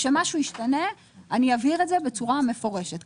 כשמשהו ישתנה, אני אבהיר את זה בצורה מפורשת.